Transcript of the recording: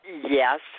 Yes